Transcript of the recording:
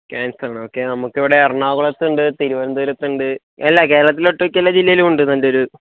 cancer ആണോ okay നമുക്കിവിടെ എറണാകുളത്തുണ്ട് തിരുവനന്തപുരത്തുണ്ട് അല്ല കേരളത്തിലെ ഒട്ടുമിക്ക ജില്ലയിലും ഉണ്ട് നല്ല ഒരു